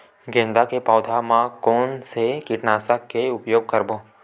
गेंदा के पौधा म कोन से कीटनाशक के उपयोग करबो?